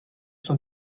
sein